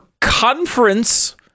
Conference